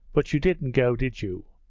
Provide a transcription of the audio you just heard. but you didn't go, did you?